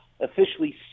officially